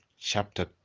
chapter